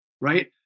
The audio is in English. right